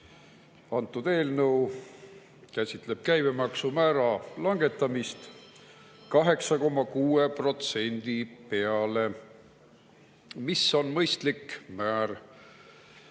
Antud eelnõu käsitleb käibemaksumäära langetamist [18,6]% peale, mis on mõistlik määr.